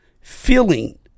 feeling